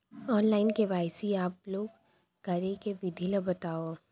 Online KYC upload करे के विधि ला बतावव?